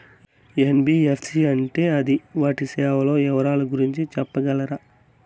NBFC అంటే అది వాటి సేవలు వివరాలు గురించి సెప్పగలరా?